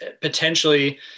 potentially